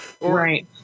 Right